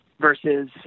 versus